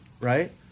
right